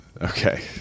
Okay